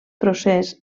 procés